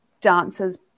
dancers